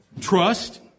Trust